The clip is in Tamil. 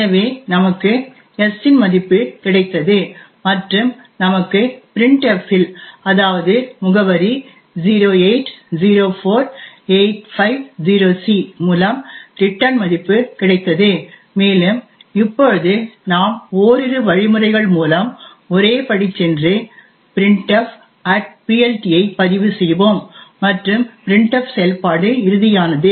எனவே நமக்கு s இன் மதிப்பு கிடைத்தது மற்றும் நமக்கு printf இல் அதாவது முகவரி 0804850c மூலம் ரிட்டன் மதிப்பு கிடைத்தது மேலும் இப்பொழுது நாம் ஓரிரு வழிமுறைகள் மூலம் ஒரே படி சென்று printfPLT ஐ பதிவு செய்வோம் மற்றும் printf செயல்பாடு இறுதியானது